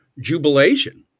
Jubilation